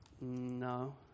No